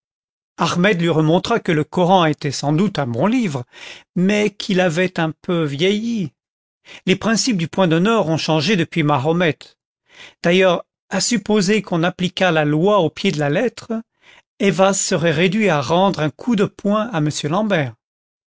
ahmed lui remontra que le koran était sans doute un bon livre mais qu'il avait un peu vieilli les principes du point d'honneur ont changé depuis mahomet d'ailleurs à supposeï qu'on appliquât la loi au pied de la lettre ayvaz serait réduit à rendre un coup de poing à m l'ambert